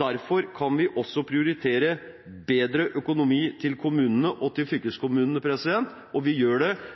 Derfor kan vi også prioritere bedre økonomi til kommunene og til fylkeskommunene, og vi gjør det fordi det er nødvendig, og fordi innbyggerne der ute har fortjent det.